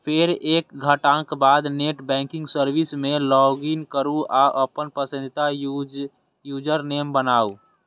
फेर एक घंटाक बाद नेट बैंकिंग सर्विस मे लॉगइन करू आ अपन पसंदीदा यूजरनेम बनाउ